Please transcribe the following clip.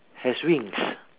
has wings